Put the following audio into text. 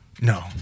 No